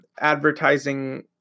advertising